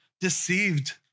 deceived